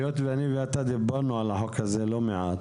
היות שאני ואתה דיברנו לא מעט על החוק הזה,